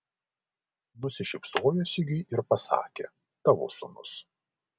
nusišypsojo sigiui ir pasakė tavo sūnus